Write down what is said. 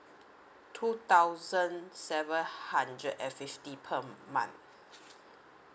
two thousand seven hundred and fifty per month